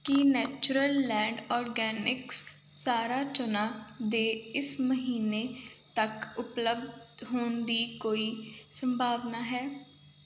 ਕੀ natural land organics ਸਾਰਾ ਚਨਾ ਦੇ ਇਸ ਮਹੀਨੇ ਤੱਕ ਉਪਲੱਬਧ ਹੋਣ ਦੀ ਕੋਈ ਸੰਭਾਵਨਾ ਹੈ